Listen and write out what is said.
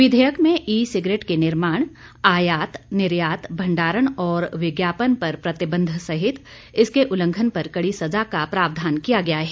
विधेयक में e cigarette के निर्माण आयात निर्यात भंडारण और विज्ञापन पर प्रतिबंध सहित इसके उल्लंघन पर कड़ी सजा का प्रावधान किया गया है